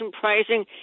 pricing